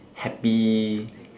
happy